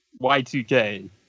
Y2K